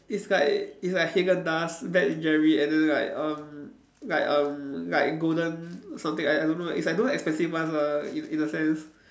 it's like it's like Haagen Dazs Ben and Jerry and then like um like um like golden something like that I don't know it's like those expensive ones lah in in a sense